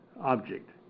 object